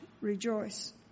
rejoice